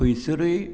खंयसरूय